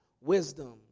wisdom